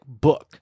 book